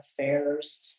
affairs